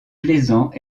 plaisant